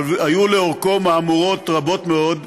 היו לאורכו מהמורות רבות מאוד.